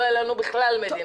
לא הייתה לנו מדינה.